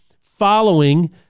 following